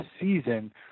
season